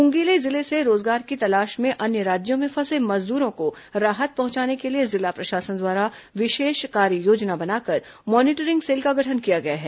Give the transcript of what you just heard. मुंगेली जिले से रोजगार की तलाश में अन्य राज्यों में फंसे मजदूरों को राहत पहंचाने के लिए जिला प्रशासन द्वारा विशेष कार्ययोजना बनाकर मॉनिटरिंग सेल का गठन किया गया है